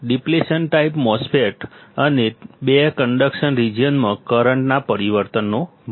depletion type MOSFET અને 2 conduction રિજિયનમાં કરંટના પરિવર્તનનો માટે